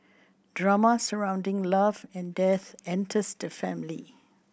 drama surrounding love and death enters the family